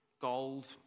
gold